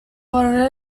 were